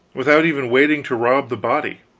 without even waiting to rob the body.